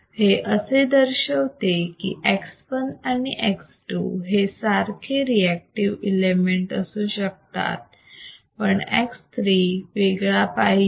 हे असे दर्शवते की X1 and X2 हे सारखे रिएक्टिव इलेमेंट असू शकतात पण X3 वेगळा पाहिजे